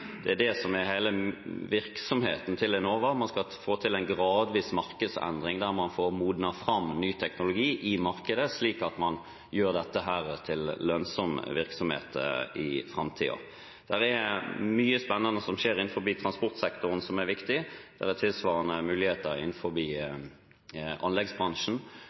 Det er det som er hele virksomheten til Enova. Man skal få til en gradvis markedsendring der man får modnet fram ny teknologi i markedet, slik at man gjør dette til lønnsom virksomhet i framtiden. Det er mye spennende som skjer i transportsektoren, som er viktig. Det er tilsvarende muligheter innen anleggsbransjen,